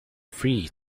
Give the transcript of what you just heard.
free